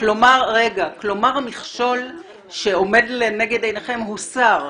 כלומר המכשול שעומד לנגד עיניכם הוסר,